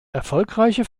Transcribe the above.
erfolgreiche